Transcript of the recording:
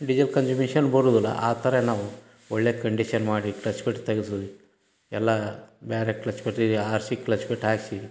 diesel consumption ಬರುವುದಿಲ್ಲ ಆ ಥರ ನಾವು ಒಳ್ಳೆಯ ಕಂಡೀಷನ್ ಮಾಡಿ ಕ್ಲಚ್ ಪೇಟ್ ತೆಗೆದ್ವಿ ಎಲ್ಲ ಬೇರೆ ಕ್ಲಚ್ ಪೇಟ್ ಈ ಆರ್ ಸಿ ಕ್ಲಚ್ ಪೇಟ್ ಹಾಕಿಸಿ